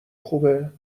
خوبه